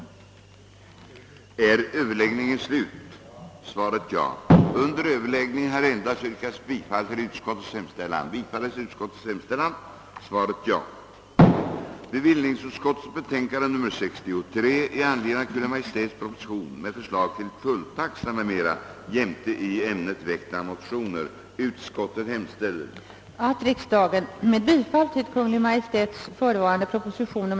1971 och 1972 genomföra de ändringar i tulltaxan som framginge av kol. 5, 6 och 7 till bilaga 5 i propositionen samt att under de förutsättningar som angivits i propositionen genomföra de ändringar av tullsatserna för vissa kemiska produkter som redovisades i bilagan.